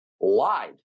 lied